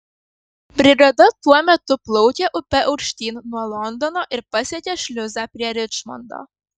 brigada tuo metu plaukė upe aukštyn nuo londono ir pasiekė šliuzą prie ričmondo